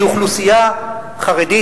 שאוכלוסייה חרדית,